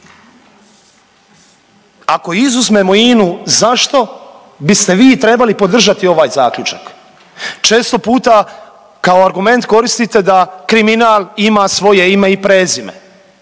ako izuzmemo INA-u zašto biste vi trebali podržati ovaj zaključak. Često puta kao argument koristite da kriminal ima svoje ime i prezime,